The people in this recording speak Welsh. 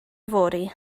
fory